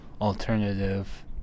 alternative